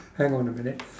hang on a minute